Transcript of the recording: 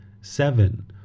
Seven